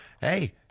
hey